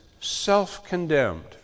self-condemned